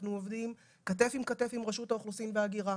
עובדים כתף אל כתף עם רשות האוכלוסין וההגירה.